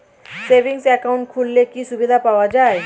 Savings account খুললে কি সুবিধা পাওয়া যায়?